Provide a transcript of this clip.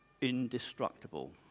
indestructible